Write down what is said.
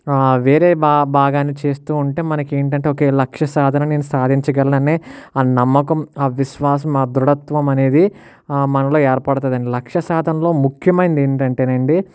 ఆ వేరే భా భాగాన్ని చేస్తూ ఉంటే మనకి ఏంటంటే ఓకే లక్ష్య సాధన నేను సాధించగలననే ఆ నమ్మకం ఆ విశ్వాసం ఆ ధృడత్వం అనేది ఆ మనలో ఏర్పడుతుంది అండి లక్ష్య సాధనలో ముఖ్యమైనది ఏంటంటే అండి